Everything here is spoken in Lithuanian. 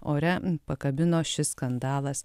ore pakabino šis skandalas